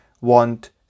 want